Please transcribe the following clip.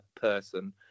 person